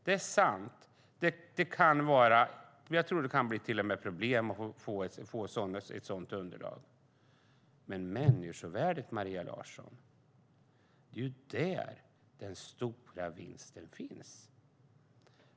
Det kan bli problem att få fram ett sådant underlag, och det är i människovärdet, Maria Larsson, som den stora vinsten finns.